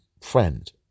friend